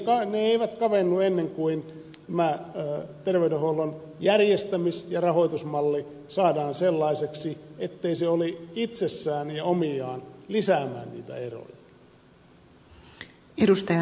mutta ne eivät kavennu ennen kuin terveydenhuollon järjestämis ja rahoitusmalli saadaan sellaiseksi ettei se itsessään lisää ja ole omiaan lisäämään niitä eroja